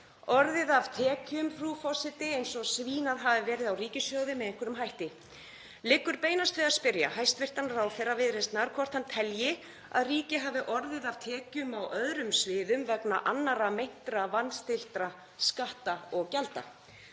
Orðið af tekjum, frú forseti, eins og svínað hafi verið á ríkissjóði með einhverjum hætti. Liggur beinast við að spyrja hæstv. ráðherra Viðreisnar hvort hann telji að ríkið hafi orðið af tekjum á öðrum sviðum vegna annarra meintra vanstilltra skatta og gjalda.